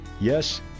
Yes